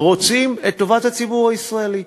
רוצים את טובת הציבור הישראלי.